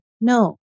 No